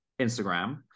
instagram